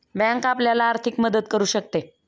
bank आपल्याला आर्थिक मदत करू शकते